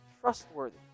trustworthy